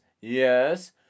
Yes